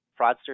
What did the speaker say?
fraudsters